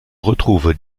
retrouve